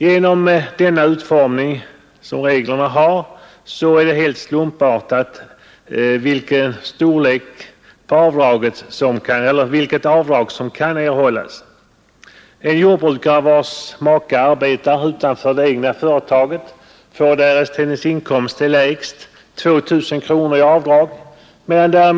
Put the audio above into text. Genom reglernas utformning är det helt slumpartat vilket avdrag som kan erhållas. En jordbrukare vars maka arbetar utanför det egna företaget får, därest hennes inkomst är lägst, 2,000 kronor i avdrag.